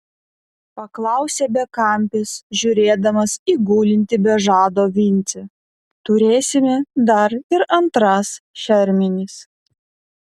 paklausė bekampis žiūrėdamas į gulintį be žado vincę turėsime dar ir antras šermenis